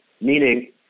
meaning